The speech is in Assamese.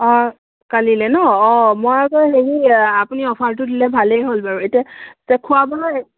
অঁ কালিলৈ ন অঁ মই আকৌ হেৰি আপুনি অ'ফাৰটো দিলে ভালেই হ'ল বাৰু এতিয়া খোৱা বোৱা